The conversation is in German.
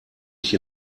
ich